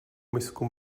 misku